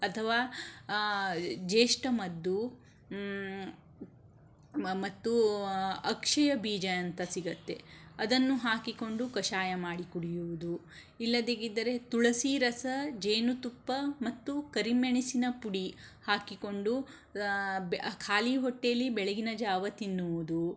ಅಥವಾ ಜ್ಯೇಷ್ಠ ಮಧು ಮ ಮತ್ತು ಅಕ್ಷಯ ಬೀಜ ಅಂತ ಸಿಗುತ್ತೆ ಅದನ್ನು ಹಾಕಿಕೊಂಡು ಕಷಾಯ ಮಾಡಿ ಕುಡಿಯುವುದು ಇಲ್ಲದೇ ಇದ್ದರೆ ತುಳಸಿ ರಸ ಜೇನುತುಪ್ಪ ಮತ್ತು ಕರಿಮೆಣಿಸಿನ ಪುಡಿ ಹಾಕಿಕೊಂಡು ಬೆ ಖಾಲಿ ಹೊಟ್ಟೇಲಿ ಬೆಳಗಿನ ಜಾವ ತಿನ್ನುವುದು